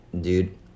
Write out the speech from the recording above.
dude